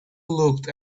looked